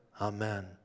Amen